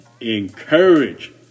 Encourage